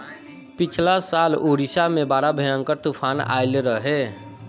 पिछला साल उड़ीसा में बड़ा भयंकर तूफान आईल रहे